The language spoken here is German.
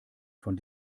von